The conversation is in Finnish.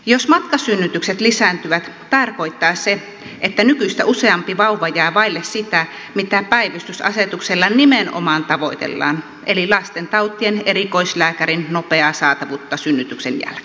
jos matkasynnytykset lisääntyvät tarkoittaa se että nykyistä useampi vauva jää vaille sitä mitä päivystysasetuksella nimenomaan tavoitellaan eli lastentautien erikoislääkärin nopeaa saatavuutta synnytyksen jälkeen